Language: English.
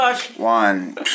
One